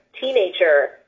teenager